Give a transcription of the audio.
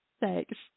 thanks